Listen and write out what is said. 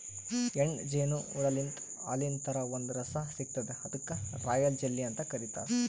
ಹೆಣ್ಣ್ ಜೇನು ಹುಳಾಲಿಂತ್ ಹಾಲಿನ್ ಥರಾ ಒಂದ್ ರಸ ಸಿಗ್ತದ್ ಅದಕ್ಕ್ ರಾಯಲ್ ಜೆಲ್ಲಿ ಅಂತ್ ಕರಿತಾರ್